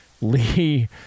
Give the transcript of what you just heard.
Lee